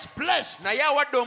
blessed